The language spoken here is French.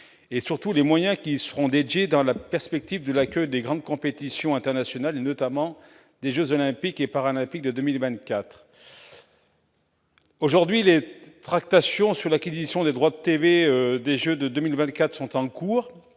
et, surtout, sur les moyens qui y seront dédiés dans la perspective de l'accueil des grandes compétitions internationales, notamment des jeux Olympiques et Paralympiques de 2024. Aujourd'hui, les tractations sur l'acquisition des droits audiovisuels des Jeux de 2024 sont en cours.